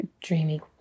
Dreamy